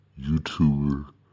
YouTuber